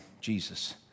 Jesus